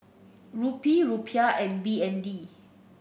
Rupee Rupiah and B N D